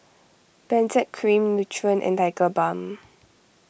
Benzac Cream Nutren and Tigerbalm